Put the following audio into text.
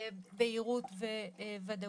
שתהיה בהירות וודאות,